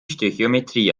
stöchiometrie